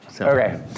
Okay